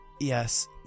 Yes